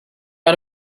got